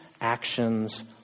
actions